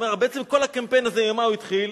הוא אומר: בעצם, כל הקמפיין הזה, ממה הוא התחיל?